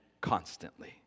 constantly